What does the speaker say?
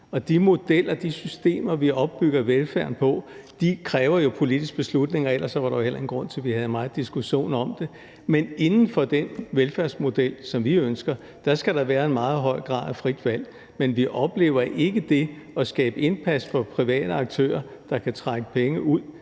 de modeller og de systemer, vi opbygger velfærden på, kræver jo politiske beslutninger, for ellers var der heller ingen grund til, at vi havde meget diskussion om det. Men inden for den velfærdsmodel, som vi ønsker, skal der være en meget høj grad af frit valg. Men vi oplever ikke det at skabe indpas fra private aktører, der kan trække penge ud